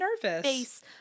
face